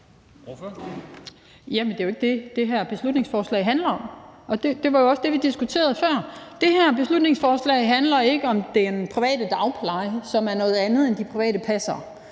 Det er jo ikke det, som det her beslutningsforslag handler om, og det var jo også det, vi diskuterede før. Det her beslutningsforslag handler ikke om den private dagpleje, som er noget andet end de private passere.